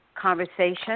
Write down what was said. conversation